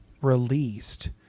released